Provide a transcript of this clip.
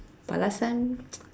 but last time